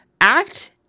Act